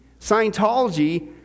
Scientology